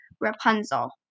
Rapunzel